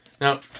Now